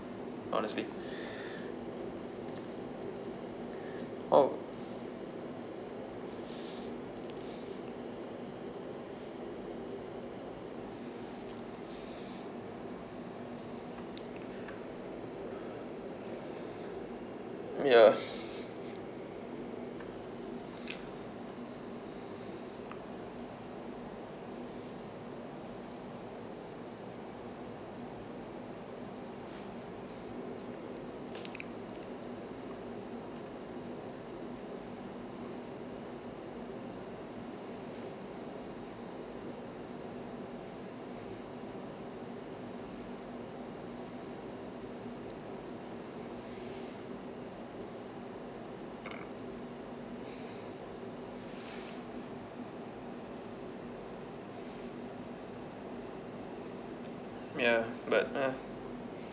honestly oh ya ya but err